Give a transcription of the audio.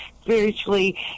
spiritually